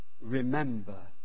remember